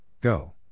Go